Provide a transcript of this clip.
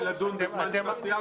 אמרתם שאי אפשר לדון בזמן ישיבת סיעה,